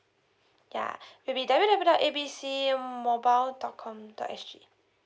yeah it'll be W W W dot A B C mobile dot com dot S G